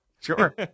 Sure